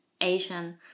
asian